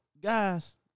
guys